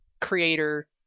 creator